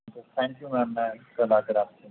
thank you ma'am میں کل